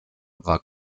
war